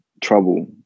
trouble